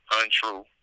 untrue